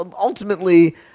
ultimately